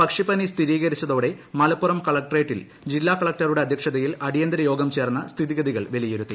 പക്ഷിപ്പനി സ്ഥിരീകരിച്ചതോടെ മലപ്പുറം കലക്ടറേറ്റിൽ ജില്ലാ കലക്ടറുടെ അധ്യക്ഷതയിൽ അടിയന്തരയോഗം ചേർന്ന് സ്ഥിതിഗതികൾ വിലയിരുത്തി